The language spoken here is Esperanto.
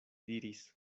diris